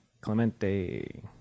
Clemente